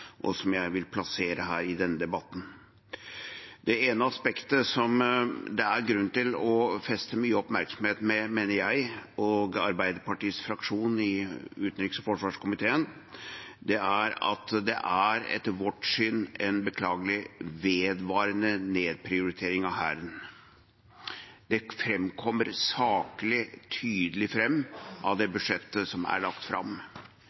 og som jeg vil plassere her i denne debatten. Det ene aspektet som det er grunn til å feste mye oppmerksomhet ved, mener jeg og Arbeiderpartiets fraksjon i utenriks- og forsvarskomiteen, er at det etter vårt syn er en beklagelig vedvarende nedprioritering av Hæren. Det framgår saklig og tydelig av budsjettet som er lagt fram.